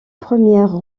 première